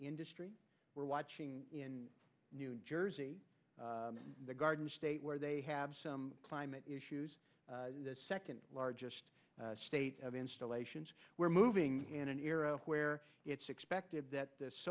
industry we're watching in new jersey the garden state where they have some climate issues the second largest state of installations where moving in an era where it's expected that th